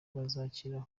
bazakira